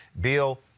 Bill